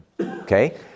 okay